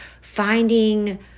finding